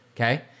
Okay